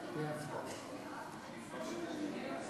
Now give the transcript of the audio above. עמיתי חברי